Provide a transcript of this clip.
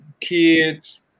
kids